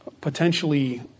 potentially